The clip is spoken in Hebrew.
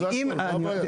זה הכול, מה הבעיה?